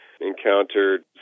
encountered